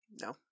No